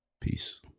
Peace